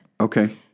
Okay